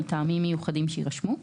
מטעמים מיוחדים שיירשמו,